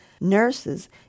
nurses